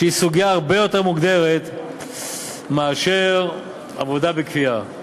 שהיא סוגיה הרבה יותר מוגדרת מאשר עבודה בכפייה.